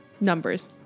numbers